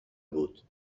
بود